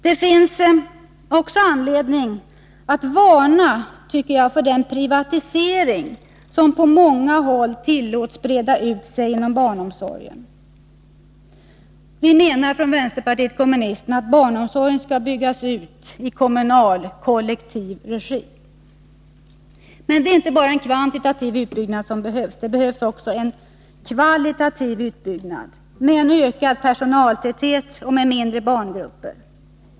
Det finns också anledning att varna för den privatisering som på många håll tillåts breda ut sig inom barnomsorgen. Vpk menar att barnomsorgen skall byggas ut i kommunal, kollektiv regi. Men det behövs inte bara en kvantitativ utbyggnad. Barnomsorgen måste också byggas ut kvalitativt, med ökad personaltäthet och mindre barngrupper.